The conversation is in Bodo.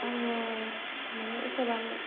आङो माने एसेबां